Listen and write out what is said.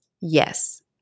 Yes